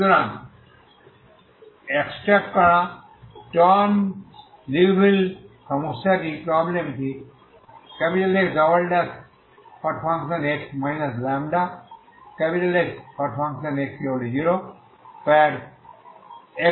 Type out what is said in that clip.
সুতরাং এক্সট্রাক্ট করা Sturm Liouville সমস্যাটি Xx λXx0 হলXL এর মধ্যে